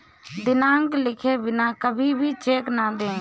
दिनांक लिखे बिना कभी भी चेक न दें